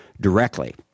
directly